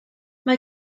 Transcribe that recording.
mae